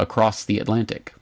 across the atlantic